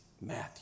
Matthew